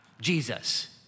Jesus